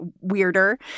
weirder